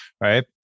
right